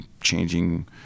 changing